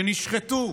שנשחטו,